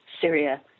Syria